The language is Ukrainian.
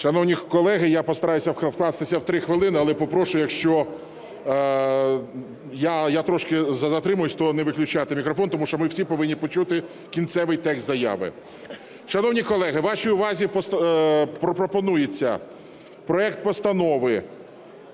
Шановні колеги, я постараюся вкластися в 3 хвилини, але попрошу, якщо я трошки затримаюсь, то не виключати мікрофон, тому що ми всі повинні почути кінцевий текст заяви. Шановні колеги, вашій увазі пропонується проект Постанови